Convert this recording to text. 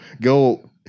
go